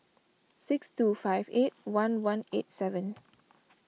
six two five eight one one eight seven